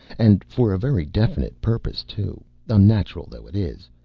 and for a very definite purpose, too, unnatural though it is.